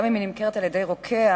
גם אם היא נמכרת על-ידי רוקח,